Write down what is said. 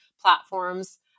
platforms